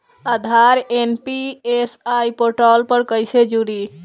आधार NPCI portal पर कईसे जोड़ी?